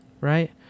Right